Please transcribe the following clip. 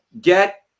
get